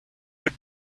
your